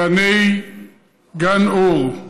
גן אור,